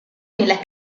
nella